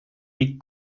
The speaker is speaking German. die